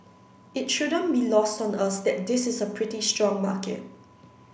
it shouldn't be lost on us that this is a pretty strong market